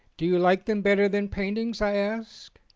do you like them better than paintings? i asked.